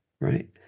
right